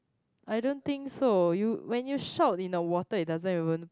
I don't think so you when you shout in the water it doesn't even